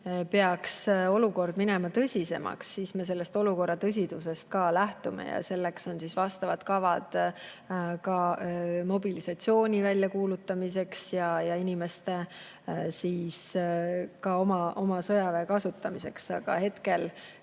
peaks olukord minema tõsisemaks, siis me sellest tõsidusest ka lähtume ja selleks on olemas vastavad kavad, ka mobilisatsiooni väljakuulutamiseks ja inimeste, ka oma sõjaväe kasutamiseks. Aga hetkel